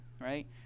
right